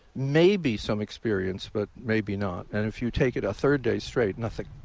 maybe some experience but maybe not, and if you take it a third day straight, nothing.